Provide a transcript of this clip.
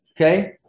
Okay